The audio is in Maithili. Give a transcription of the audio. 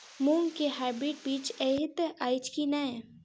मूँग केँ हाइब्रिड बीज हएत अछि की नै?